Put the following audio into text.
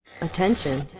Attention